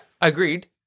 agreed